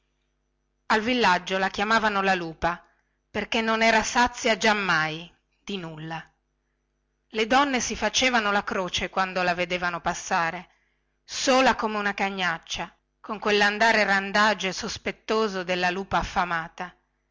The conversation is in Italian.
al villaggio la chiamavano la lupa perchè non era sazia giammai di nulla le donne si facevano la croce quando la vedevano passare sola come una cagnaccia con quellandare randagio e sospettoso della lupa affamata